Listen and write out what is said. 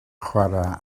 chwarae